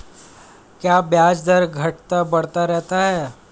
क्या ब्याज दर घटता बढ़ता रहता है?